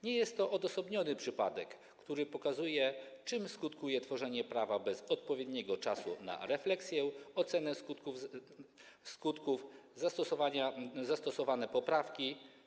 Nie jest to odosobniony przypadek, który pokazuje, czym skutkuje tworzenie prawa bez odpowiedniego czasu na refleksję, ocenę skutków, zastosowane poprawki.